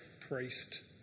priest